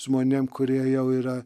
žmonėm kurie jau yra